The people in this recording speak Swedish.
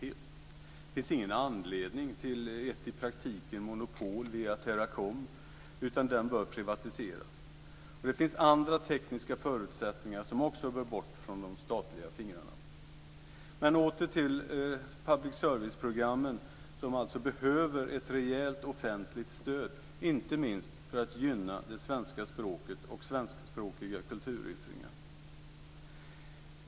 Det finns ingen anledning till ett i praktiken monopol via Teracom, utan den bör privatiseras. Det finns andra tekniska förutsättningar som också bär bort från de statliga fingrarna. Men, åter till public service-programmen som alltså behöver ett rejält offentligt stöd, inte minst för att gynna det svenska språket och svenskspråkiga kulturyttringar.